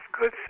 good